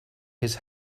his